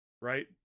right